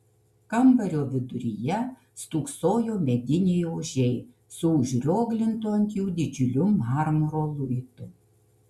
kambario viduryje stūksojo mediniai ožiai su užrioglintu ant jų didžiuliu marmuro luitu